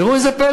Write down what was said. תראו זה פלא,